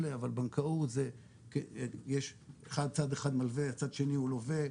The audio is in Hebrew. אבל בבנקאות צד אחד מלווה וצד שני הוא לווה,